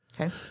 Okay